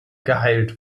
geheilt